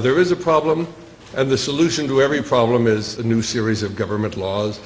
there is a problem and the solution to every problem is a new series of government laws